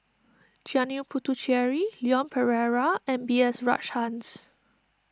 Janil Puthucheary Leon Perera and B S Rajhans